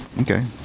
Okay